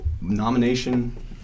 Nomination